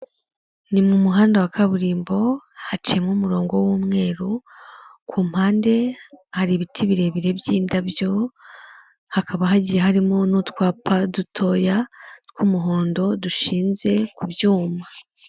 Ni mu muhanda wa kaburimbo hacimo umurongo w'umweru ku mpande, hari ibiti birebire by'indabyo, hakaba hagiye harimo n'utwapa dutoya tw'umuhondo dushinze ku byuma.